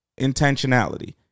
intentionality